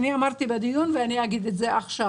אני אמרתי בדיון ואני אגיד את זה עכשיו